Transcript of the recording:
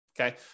Okay